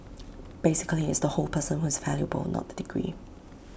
basically it's the whole person who is valuable not the degree